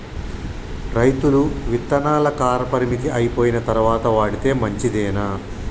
రైతులు విత్తనాల కాలపరిమితి అయిపోయిన తరువాత వాడితే మంచిదేనా?